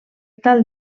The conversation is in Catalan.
tal